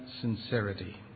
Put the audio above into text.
sincerity